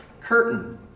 curtain